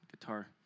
guitar